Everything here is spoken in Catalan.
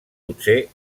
potser